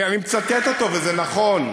אני מצטט אותו וזה נכון,